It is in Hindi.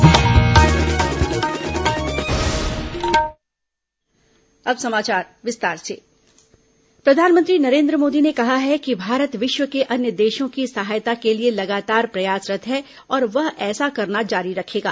कोरोना प्रधानमंत्री प्रधानमंत्री नरेंद्र मोदी ने कहा है कि भारत विष्व के अन्य देषों की सहायता के लिए लगातार प्रयासरत् है और वह ऐसा करना जारी रखेगा